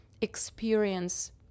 experience